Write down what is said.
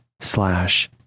slash